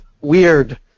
weird